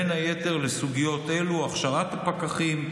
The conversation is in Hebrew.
בין היתר סוגיות אלו: הכשרת הפקחים,